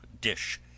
dish